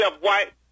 white